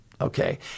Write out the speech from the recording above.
Okay